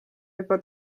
juba